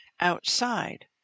outside